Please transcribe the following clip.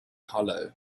hollow